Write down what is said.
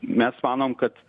mes manom kad